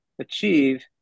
achieve